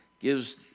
Gives